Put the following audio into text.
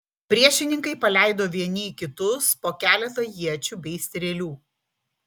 priešininkai paleido vieni į kitus po keletą iečių bei strėlių